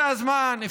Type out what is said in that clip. זה הזמן.